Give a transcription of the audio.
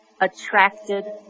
attracted